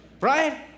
right